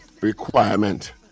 requirement